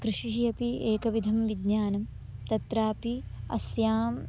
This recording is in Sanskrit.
कृषिः अपि एकविधं विज्ञानं तत्रापि अस्यां